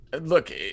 look